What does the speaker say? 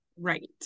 Right